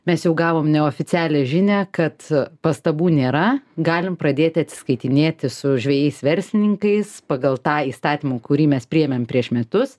mes jau gavom neoficialią žinią kad pastabų nėra galim pradėti atsiskaitinėti su žvejais verslininkais pagal tą įstatymą kurį mes priėmėm prieš metus